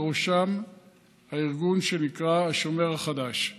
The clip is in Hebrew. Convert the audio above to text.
בראשם הארגון שנקרא השומר החדש.